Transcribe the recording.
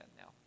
now